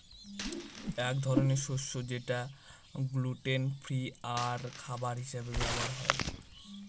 এক ধরনের শস্য যেটা গ্লুটেন ফ্রি আর খাবার হিসাবে ব্যবহার হয়